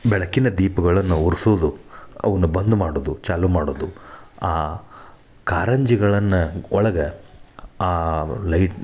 ಬೆಳಕಿನ ದೀಪಗಳನ್ನು ಉರಿಸೋದು ಅವನ್ನ ಬಂದ್ ಮಾಡೋದು ಚಾಲು ಮಾಡೋದು ಆ ಕಾರಂಜಿಗಳನ್ನು ಒಳಗೆ ಲೈ